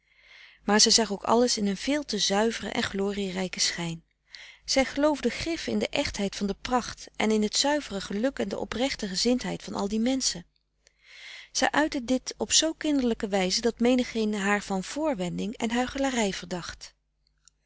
maar zij zag ook alles in een veel te zuiveren en glorierijken schijn zij geloofde grif in de echtheid frederik van eeden van de koele meren des doods van de pracht en in t zuivere geluk en de oprechte gezindheid van al die menschen zij uitte dit op zoo kinderlijke wijze dat menigeen haar van vrwending en huichelarij verdacht